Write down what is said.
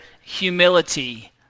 humility